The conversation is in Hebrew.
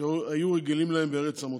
שהיו רגילים להם בארץ המוצא.